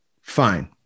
Fine